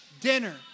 dinner